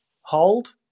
hold